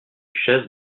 chaise